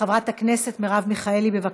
חברת הכנסת מרב מיכאלי, בבקשה.